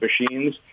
machines